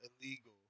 illegal